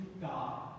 God